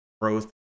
growth